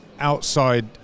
outside